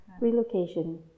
Relocation